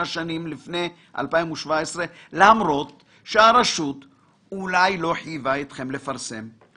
השנים לפני 2017 למרות שהרשות (אולי) לא חייבה אתכם לפרסם.